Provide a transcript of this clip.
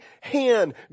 hand